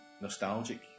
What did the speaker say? nostalgic